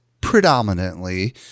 predominantly